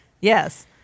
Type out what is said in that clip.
Yes